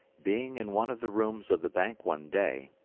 being in one of the rooms of the bank one day,